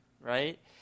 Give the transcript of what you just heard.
right